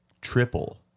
triple